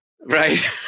right